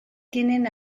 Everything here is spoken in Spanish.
tienen